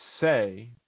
say